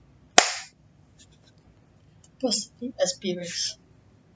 positive experience